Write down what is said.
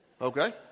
Okay